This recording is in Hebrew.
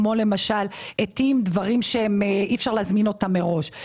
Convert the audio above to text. כמו למשל, עטים ודברים שאי-אפשר להזמין אותם מראש.